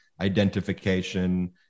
identification